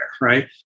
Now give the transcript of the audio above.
Right